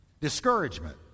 discouragement